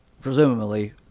presumably